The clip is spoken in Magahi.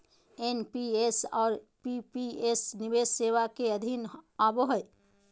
एन.पी.एस और पी.पी.एस निवेश सेवा के अधीन आवो हय